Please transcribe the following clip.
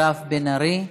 חברת הכנסת מירב בן ארי.